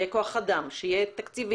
כלומר, שיהיה כוח-אדם, שיהיו תקציבים,